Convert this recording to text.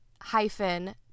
hyphen